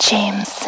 James